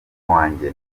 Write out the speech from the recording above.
wanjye